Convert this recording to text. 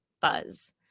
buzz